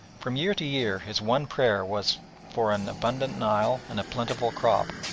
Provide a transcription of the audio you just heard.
from year to year his one prayer was for an abundant nile and a plentiful crop,